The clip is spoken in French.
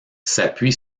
s’appuie